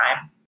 time